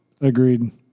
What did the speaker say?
Agreed